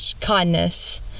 kindness